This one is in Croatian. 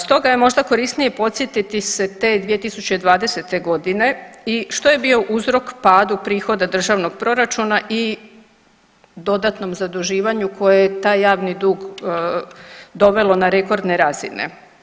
Stoga je možda korisnije podsjetiti se te 2020.g. i što je bio uzrok padu prihoda državnog proračuna i dodatnom zaduživanju koje je taj javni dug dovelo na rekordne razine?